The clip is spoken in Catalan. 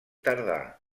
tardà